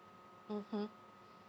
mmhmm